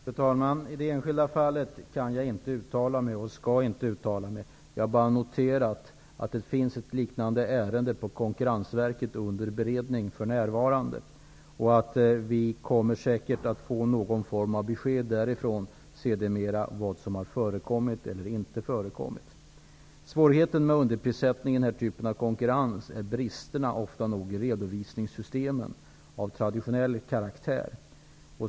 Fru talman! I det enskilda fallet kan och skall jag inte uttala mig. Jag har bara noterat att det finns ett liknande ärende hos Konkurrensverket, som för närvarande är under beredning. Vi kommer säkert sedermera att få någon form av besked därifrån om vad som har eller inte har förekommit. Svårigheten med underprissättning i den här typen av konkurrens är de brister som finns i redovisningssystem av traditionell karaktär.